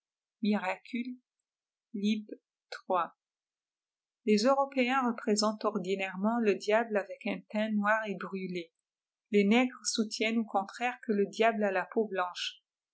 â les européens représentent ordinairement le diable avec un teint noir et brûlé les nègres soutiennent au contraire que le diable a la peau blanche